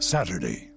Saturday